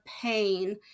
pain